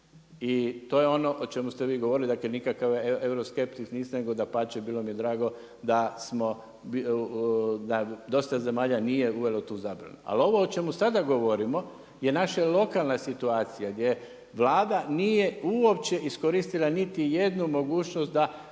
I to je ono o čemu ste vi govorili, dakle nikakav euroskeptik niste, nego da pače, bilo mi je drago da smo, da dosta zemalja nije uvelo tu zabranu. Ali ovo o čemu sada govorimo, je naša lokalna situacija, gdje Vlada nije uopće iskoristila niti jednu mogućnost da